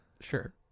Sure